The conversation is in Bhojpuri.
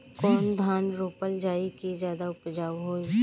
कौन धान रोपल जाई कि ज्यादा उपजाव होई?